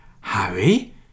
Harry